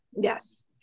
Yes